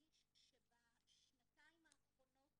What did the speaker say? אדגיש שבשנתיים האחרונות